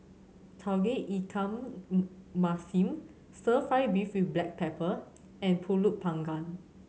tauge ikan masin Stir Fry beef with black pepper and Pulut Panggang